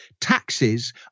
taxes